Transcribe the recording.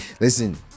listen